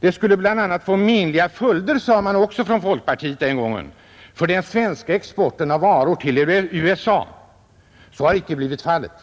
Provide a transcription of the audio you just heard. Det skulle bl.a. få menliga följder, framhöll man från folkpartihåll den gången, för den svenska exporten av varor till USA. Så har icke blivit fallet.